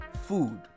food